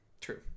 True